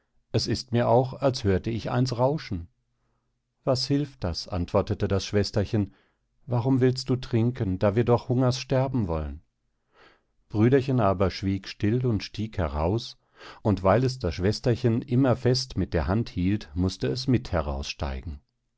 es ist mir auch als hörte ich eins rauschen was hilft das antwortete das schwesterchen warum willst du trinken da wir doch hungers sterben wollen brüderchen aber schwieg still und stieg heraus und weil es das schwesterchen immer fest mit der hand hielt mußte es mit heraus